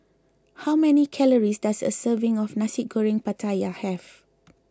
how many calories does a serving of Nasi Goreng Pattaya have